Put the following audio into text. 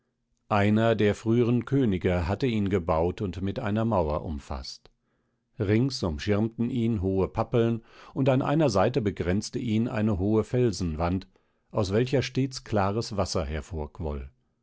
einer der früheren könige hatte ihn gebaut und mit einer mauer umfaßt rings umschirmten ihn hohe pappeln und an einer seite begrenzte ihn eine hohe felsenwand aus welcher stets klares wasser